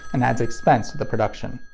and adds expense to the production.